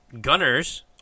Gunners